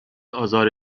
آزار